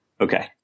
Okay